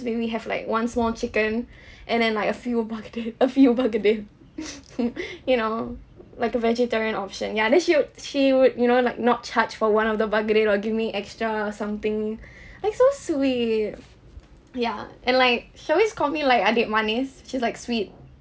we we have like one small chicken and then like a few bergedel a few bergedel you know like a vegetarian option ya then she would she would you know like not charge for one of the bergedel or give me extra or something like so sweet ya and like she always call me like adik manis which is like sweet